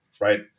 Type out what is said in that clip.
right